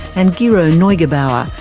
and gero neugebauer,